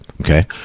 okay